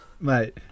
Mate